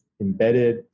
embedded